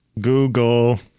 Google